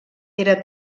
era